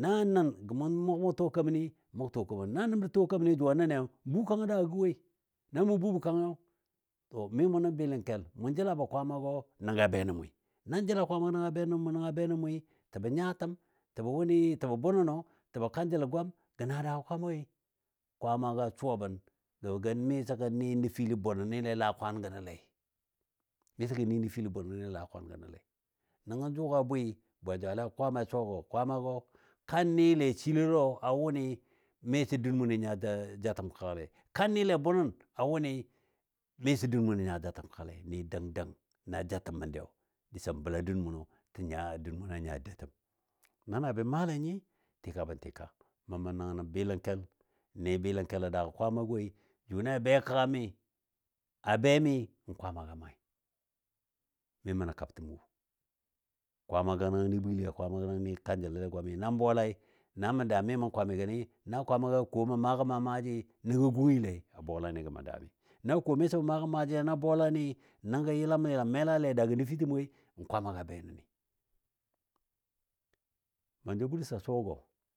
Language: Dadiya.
Na nən gə mʊ məg məg tuwa kemənɨ, mʊ məg məg tuwa kemən na nən bə tuwa kemən jʊ a nəniyo bukang a daagɔ woi. Na mʊ bubɔ kangiyo to mi mʊ nən bɨləngkel, mʊ jəlabɔ Kwaamagɔ nəngɔ be nən mʊi, nan jəla Kwaamagɔ nənga be nən mʊi təbə nyatəm, təbɔ wʊni təbɔ bʊnənɔ təbo kanjəlɔ gwam gə na daagɔ Kwaama woi. Kwaamagə suwa bən gɔ miso gəni nəfili bʊnənile a laa kwaan gənɔlei, miso gəni nəfili bʊnənile laa kwaan ganɔlei. Nəgɔ jʊgɔ a bwɨ bwejwale Kwaamai a suwaagɔ Kwaamagɔ, kannile shilogə a wʊni dun munɔ mi nya jatəm kəgalei. Kannile bʊnən a wʊni dun munɔ miso nya jatəm kagəlei. Ni dəng dəng na jatəm məndiyo disən bəla dun munɔ tə dun munɔ a nya doutəm. Na na bə maale nyi, tika bən tika. Mə mə nəngnə bɨlənkɛl, n ni bɨləngkɛl a daagɔ Kwaamagɔ woi jʊni a be kəga mi a be mi Kwaamaga maai, mi mə nən kabtəm wo. Kwaamagɔ nəngɔ ni bwililei, Kwaamagɔ nəngɔ ni kanjəl nile gwami. Na bolai, na mə daam mi mə kwaamigani, na Kwaamaga ko mə maa gəm maa maajigi nəngɔ gungile a bolai ni gəm mə daami. Na ko miso mə maa gəm maajile na bolani nəngɔ ƴəlam yəlam melali a daagɔ nəfitəm woi n Kwaamaga be nənni. Manzo Bulus a suwagɔ